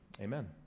Amen